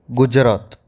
Gujarat